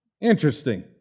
Interesting